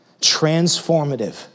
Transformative